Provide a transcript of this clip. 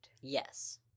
Yes